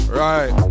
right